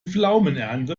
pflaumenernte